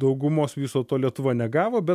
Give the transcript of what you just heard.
daugumos viso to lietuva negavo bet